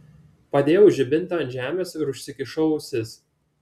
padėjau žibintą ant žemės ir užsikišau ausis